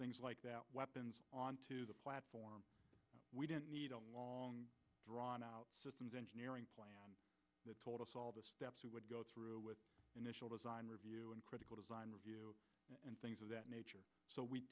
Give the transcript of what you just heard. things like that weapons on to the platform we didn't need a long drawn out systems engineering plan that told us all the steps we would go through with initial design review and critical design review and things of that nature so we